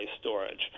storage